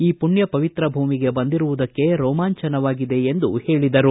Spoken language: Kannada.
ಈ ಪುಣ್ಣ ಪವಿತ್ರ ಭೂಮಿಗೆ ಬಂದಿರುವುದಕ್ಕೆ ರೋಮಾಂಚನವಾಗಿದೆ ಎಂದು ಹೇಳಿದರು